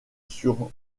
sur